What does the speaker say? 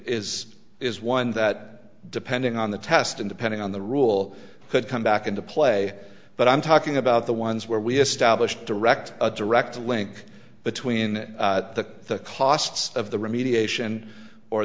is is one that depending on the test and depending on the rule could come back into play but i'm talking about the ones where we established direct a direct link between the costs of the remediation or